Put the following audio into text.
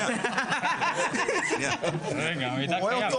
הוא רואה אותו,